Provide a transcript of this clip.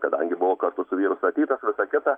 kadangi buvo kartu su vyru statytas visa kita